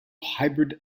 hybrid